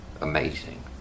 amazing